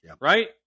right